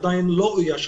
עדיין התפקיד לא אויש.